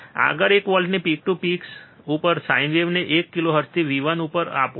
આગળ એક વોલ્ટની પીક ટુ પીક ઉપર સાઇન વેવને એક કિલોહર્ટ્ઝથી V1 ઉપર આપો